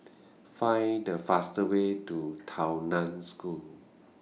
Find The fastest Way to Tao NAN School